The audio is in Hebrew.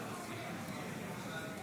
נגד.